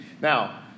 Now